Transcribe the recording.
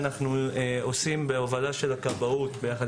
אנחנו עושים בהובלה של הכבאות וביחד